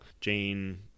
Jane